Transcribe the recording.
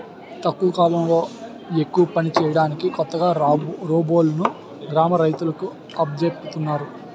తక్కువ కాలంలో ఎక్కువ పని చేయడానికి కొత్తగా రోబోలును గ్రామ రైతులకు అప్పజెపుతున్నారు